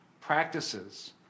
practices